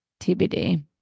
TBD